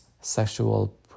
sexual